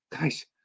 guys